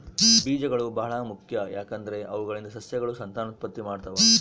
ಬೀಜಗಳು ಬಹಳ ಮುಖ್ಯ, ಯಾಕಂದ್ರೆ ಅವುಗಳಿಂದ ಸಸ್ಯಗಳು ಸಂತಾನೋತ್ಪತ್ತಿ ಮಾಡ್ತಾವ